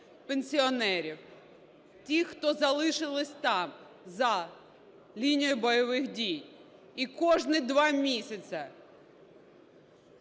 пенсіонерів, тих, хто залишились там за лінією бойових дій і кожні два місяці